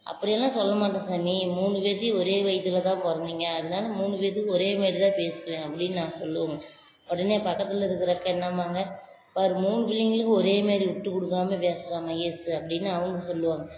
அப்படி எல்லாம் சொல்ல மாட்டோம் சாமி மூணு பேர்த்தையும் ஒரே வயித்தில் தான் பிறந்திங்க அதனால மூணு பேர்த்துக்கும் ஒரே மாரி தான் பேசுவேன் அப்படின்னு நான் சொல்லுவேன் உடனே பக்கத்தில் இருக்கிற அக்கா என்னாம்பாங்க பார் மூணு பிள்ளைங்களுக்கும் ஒரே மாரி விட்டு கொடுக்காம பேசுகிறா மகேஷ் அப்படின்னு அவங்க சொல்லுவாங்க